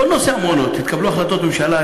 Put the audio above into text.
בכל נושא המעונות התקבלו החלטות ממשלה,